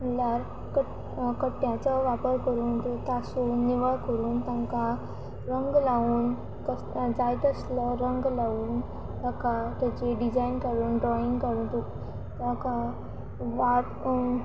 म्हणल्यार कट्ट्यांचो वापर करून त्यो तासून निवळ करून तांकां रंग लावन जाय तसलो रंग लावन ताका ताची डिजायन काडून ड्रॉइंग काडून ताका वा